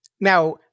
Now